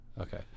okay